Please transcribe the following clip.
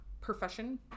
profession